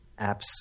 apps